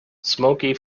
smoky